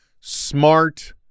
smart